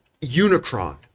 Unicron